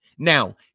Now